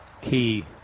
key